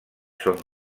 són